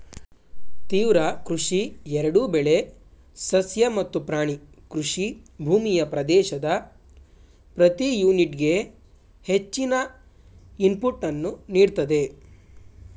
ತೀವ್ರ ಕೃಷಿ ಎರಡೂ ಬೆಳೆ ಸಸ್ಯ ಮತ್ತು ಪ್ರಾಣಿ ಕೃಷಿ ಭೂಮಿಯ ಪ್ರದೇಶದ ಪ್ರತಿ ಯೂನಿಟ್ಗೆ ಹೆಚ್ಚಿನ ಇನ್ಪುಟನ್ನು ನೀಡ್ತದೆ